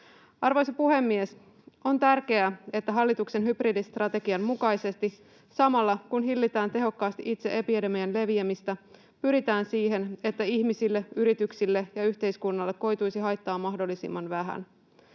Arvoisa puhemies! On tärkeää, että hallituksen hybridistrategian mukaisesti samalla, kun hillitään tehokkaasti itse epidemian leviämistä, pyritään siihen, että ihmisille, yrityksille ja yhteiskunnalle koituisi haittaa mahdollisimman vähän.